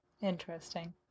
Interesting